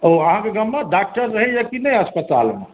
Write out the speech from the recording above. ओ अहाँके गाममे डॉक्टर रहैया कि नहि अस्पतालमे